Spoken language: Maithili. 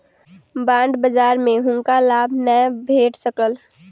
बांड बजार में हुनका लाभ नै भेट सकल